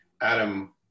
Adam